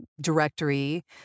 directory